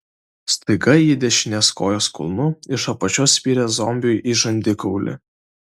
staiga ji dešinės kojos kulnu iš apačios spyrė zombiui į žandikaulį